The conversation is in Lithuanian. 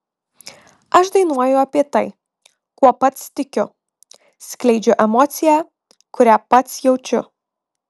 aš dainuoju apie tai kuo pats tikiu skleidžiu emociją kurią pats jaučiu